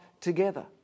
together